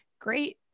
Great